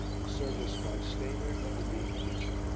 the service by stainer and the dean preaching.